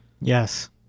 Yes